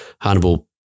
Hannibal